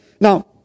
Now